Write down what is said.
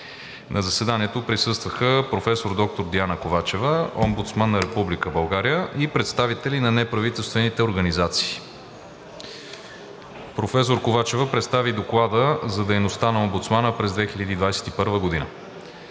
На заседанието присъстваха професор доктор Диана Ковачева – Омбудсман на Република България, и представители на неправителствени организации. Професор Ковачева представи Доклада за дейността на омбудсмана през 2021 г.